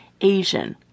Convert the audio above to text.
Asian